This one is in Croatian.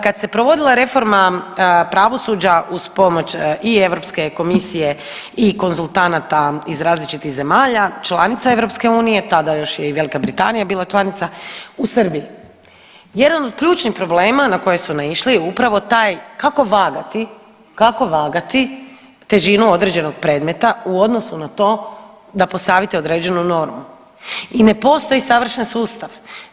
Kad se provodila reforma pravosuđa uz pomoć i Europske komisije i konzultanata iz različitih zemalja, članica EU, tada još je i Velika Britanija bila članica u Srbiji jedan od ključnih problema na koje su naišli je upravo taj kako vagati, kako vagati težinu određenog predmeta u odnosu na to da postavite određenu normu i ne postoji savršen sustav.